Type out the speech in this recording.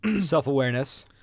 self-awareness